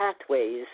pathways